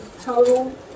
total